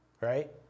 right